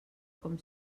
com